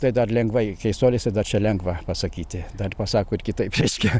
tai dar lengvai keistuolis tai dar čia lengva pasakyti dar pasako ir kitaip reiškia